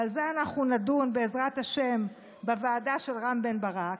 ועל זה אנחנו נדון בעזרת השם בוועדה של רם בן ברק,